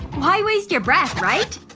why waste your breath, right?